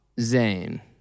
Zane